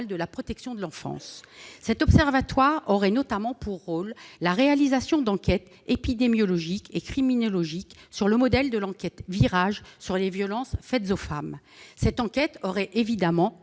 de la protection de l'enfance. Cet observatoire aurait notamment pour rôle la réalisation d'enquêtes épidémiologiques et criminologiques, sur le modèle de l'enquête Virage sur les violences faites aux femmes. Cette enquête aurait évidemment